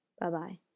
Bye-bye